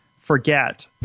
forget